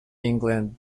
england